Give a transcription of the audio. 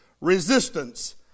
resistance